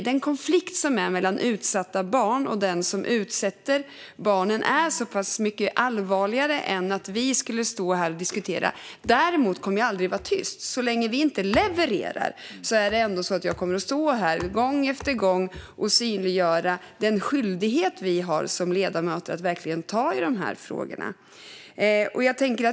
Den konflikt som finns mellan utsatta barn och den som utsätter barnen är så pass mycket allvarligare än att vi står här och diskuterar partipolitik. Däremot kommer jag aldrig att vara tyst. Så länge vi inte levererar kommer jag att stå här gång efter gång och synliggöra den skyldighet vi har som ledamöter att verkligen ta i de här frågorna.